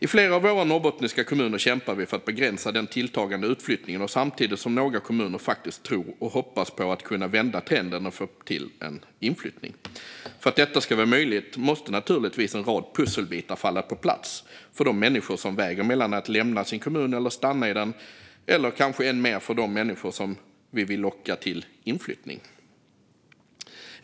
I flera av våra norrbottniska kommuner kämpar vi för att begränsa den tilltagande utflyttningen, samtidigt som några kommuner faktiskt tror och hoppas på att kunna vända trenden och få till en inflyttning. För att detta ska vara möjligt måste naturligtvis en rad pusselbitar falla på plats för de människor som väger mellan att lämna sin kommun eller stanna i den och kanske än mer för de människor som vi vill locka till inflyttning.